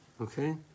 okay